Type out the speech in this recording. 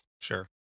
Sure